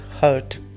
hurt